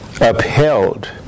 upheld